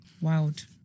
Wild